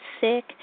sick